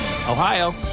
Ohio